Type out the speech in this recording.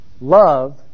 Love